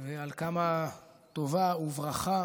ועל כמה טובה וברכה